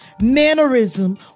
mannerism